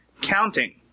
counting